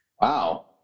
Wow